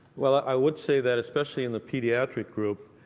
well, i would say that especially in the pediatric group,